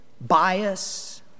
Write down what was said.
bias